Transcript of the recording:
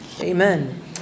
Amen